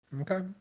okay